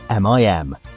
MIM